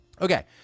okay